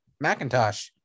Macintosh